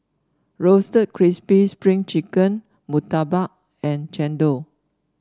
Roasted Crispy Spring Chicken murtabak and chendol